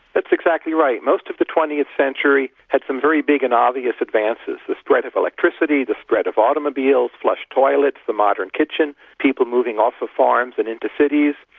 that's exactly right. most of the twentieth century had some very big and obvious advances, the spread of electricity, the spread of automobiles, flush toilets, the modern kitchen, people moving off the farms and into cities,